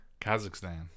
Kazakhstan